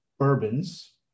bourbons